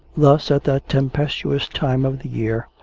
thus, at that tempestuous time of the year,